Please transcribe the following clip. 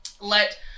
let